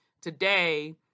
today